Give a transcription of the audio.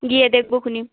গিয়ে দেখবো খুনি